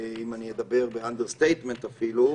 אם אדבר באנדרסטייטמנט אפילו,